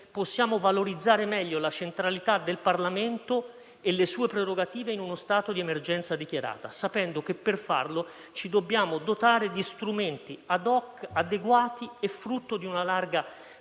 possiamo valorizzare meglio la centralità del Parlamento e le sue prerogative in uno stato di emergenza dichiarata, sapendo che per farlo ci dobbiamo dotare di strumenti *ad hoc* adeguati, frutto di una larga